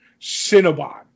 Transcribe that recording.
Cinnabon